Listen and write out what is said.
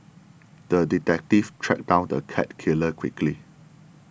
the detective tracked down the cat killer quickly